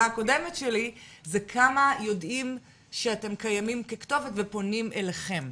כמה יודעים שאתם קיימים ככתובת ופונים אליכם?